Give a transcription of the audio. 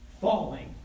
falling